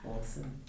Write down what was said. Awesome